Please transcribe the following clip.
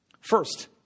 First